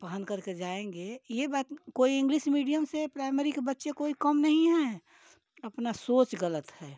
पहन करके जाएँगे ये बात कोई इंग्लिश मीडियम से प्राइमरी के बच्चे कोई कम नहीं हैं अपना सोच गलत है